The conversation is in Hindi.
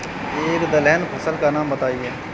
एक दलहन फसल का नाम बताइये